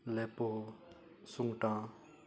लेपो सुंगटा